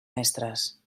mestres